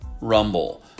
Rumble